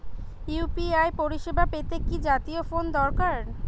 UPI পরিসেবা পেতে কি জাতীয় ফোন দরকার?